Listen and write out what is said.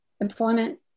employment